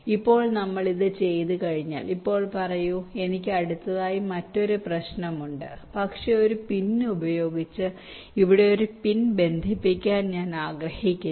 ഇപ്പോൾ നമ്മൾ ഇത് ചെയ്തുകഴിഞ്ഞാൽ ഇപ്പോൾ പറയൂ എനിക്ക് അടുത്തതായി മറ്റൊരു പ്രശ്നമുണ്ട് പക്ഷേ ഒരു പിൻ ഉപയോഗിച്ച് ഇവിടെ ഒരു പിൻ ബന്ധിപ്പിക്കാൻ ഞാൻ ആഗ്രഹിക്കുന്നു